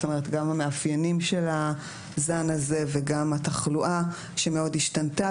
גם המאפיינים של הזן הזה וגם התחלואה שמאוד השתנתה,